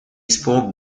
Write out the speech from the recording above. spoke